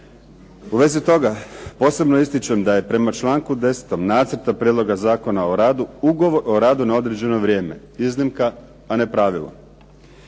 U vezi toga posebno ističem da je prema članku 10. Nacrta prijedloga Zakona o radu, o radu na određeno vrijeme. Iznimka, a ne pravilo.